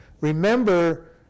remember